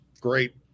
Great